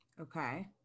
okay